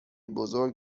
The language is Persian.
بزرگ